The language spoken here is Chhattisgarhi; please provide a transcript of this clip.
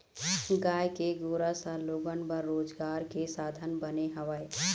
गाय के गोरस ह लोगन बर रोजगार के साधन बने हवय